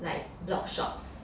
like blogshops